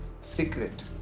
secret